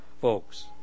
Folks